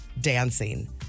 dancing